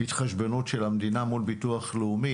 התחשבנות של המדינה מול ביטוח לאומי.